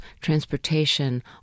transportation